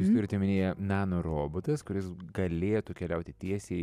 jūs turite omenyje nanorobotas kuris galėtų keliauti tiesiai